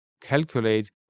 calculate